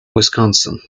wisconsin